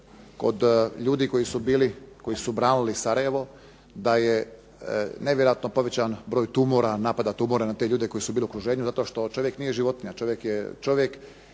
kod ljudi koji su branili Sarajevo da je nevjerojatno povećan broj tumora, napada tumora na te ljude koji su bili u okruženju, zato što čovjek nije životinja, čovjek naravno